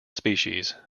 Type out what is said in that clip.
species